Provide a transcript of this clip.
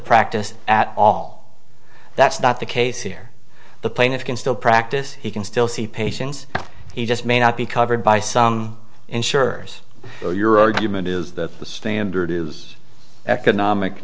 practice at all that's not the case here the plaintiff can still practice he can still see patients he just may not be covered by some insurers or your argument is that the standard is economic